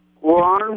one